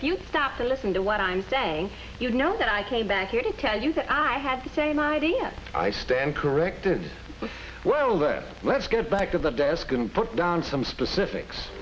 if you stop to listen to what i'm saying you'd know that i came back here to tell you that i have the same idea i stand corrected so well that let's get back to the desk and put down some specifics